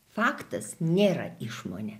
faktas nėra išmonė